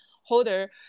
holder